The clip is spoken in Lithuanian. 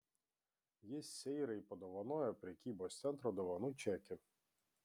jis seirai padovanojo prekybos centro dovanų čekį